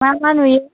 मा मा नुयो